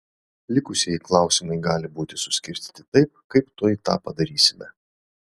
likusieji klausimai gali būti suskirstyti taip kaip tuoj tą padarysime